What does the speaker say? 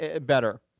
better